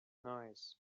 noise